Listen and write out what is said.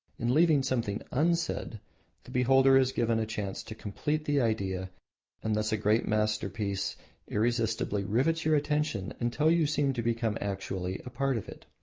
in leaving something unsaid the beholder is given a chance to complete the idea and thus a great masterpiece irresistibly rivets your attention until you seem to become actually a part of it.